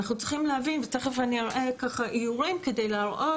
אנחנו צריכים להבין ותכף אני אראה איורים כדי להמחיש